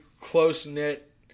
close-knit